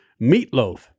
Meatloaf